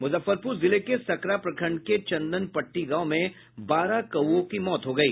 मुजफ्फरपुर जिले के सकरा प्रखंड के चंदनपट्टी गांव में बारह कौओं की मौत हो गयी